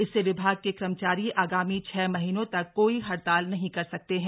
इससे विभाग के कर्मचारी आगामी छह महीनों तक कोई हड़ताल नहीं कर सकते हैं